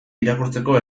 irakurtzeko